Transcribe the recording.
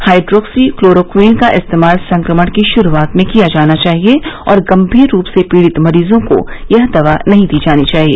hydroxy chloroquine का इस्तेमाल संक्रमण की शुरूआत में किया जाना चाहिए और गंभीर रूप से पीड़ित मरीजों को यह नहीं दी जानी चाहिए